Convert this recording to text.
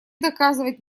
доказывать